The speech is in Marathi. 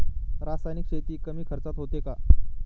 रासायनिक शेती कमी खर्चात होते का?